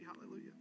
hallelujah